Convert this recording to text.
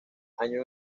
año